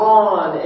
on